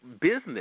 business